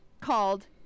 called